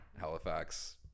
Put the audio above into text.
Halifax